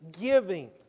giving